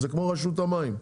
זה כמו רשות המים.